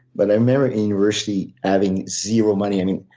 but i remember at university having zero money.